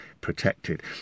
protected